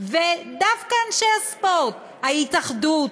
ודווקא אנשי הספורט, ההתאחדות,